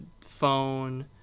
phone